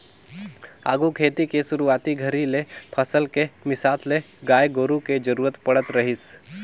आघु खेती के सुरूवाती घरी ले फसल के मिसात ले गाय गोरु के जरूरत पड़त रहीस